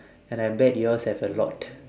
and I bet yours have a lot